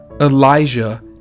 Elijah